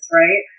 right